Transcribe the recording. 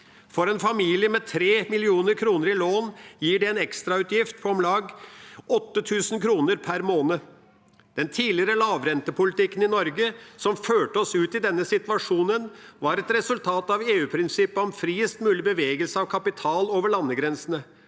For en familie med 3 mill. kr i lån gir det en ekstrautgift på om lag 8 000 kr per måned. Den tidligere lavrentepolitikken i Norge, som førte oss ut i denne situasjonen, var et resultat av EU-prinsippet om friest mulig bevegelse av kapital over landegrensene.